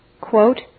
Quote